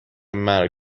مرگ